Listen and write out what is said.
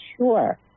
sure